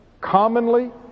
commonly